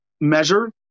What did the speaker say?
measure